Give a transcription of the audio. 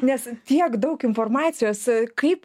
nes tiek daug informacijos kaip